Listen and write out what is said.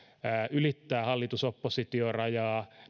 ylittää hallitus oppositio rajaa